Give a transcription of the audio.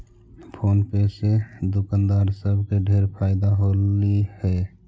phone पे से दुकानदार सब के ढेर फएदा होलई हे